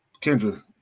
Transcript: Kendra